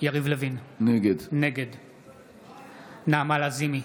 יריב לוין, נגד נעמה לזימי,